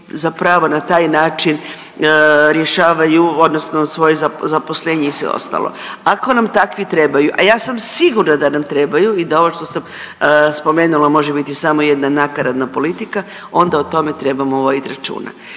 zapravo na taj način rješavaju, odnosno svoje zaposlenje i sve ostalo. Ako nam takvi trebaju, a ja sam sigurna da nam trebaju i da ovo što sam spomenula može biti samo jedna nakaradna politika, onda o tome trebamo voditi računa.